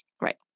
right